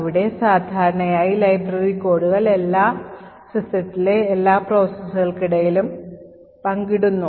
അവിടെ സാധാരണയായി ലൈബ്രറി കോഡുകൾ എല്ലാം സിസ്റ്റത്തിലെ എല്ലാ processകൾക്കിടയിലും പങ്കിടുന്നു